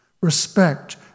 respect